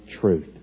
truth